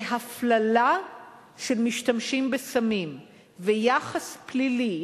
שהפללה של משתמשים בסמים ויחס פלילי,